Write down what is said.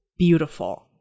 beautiful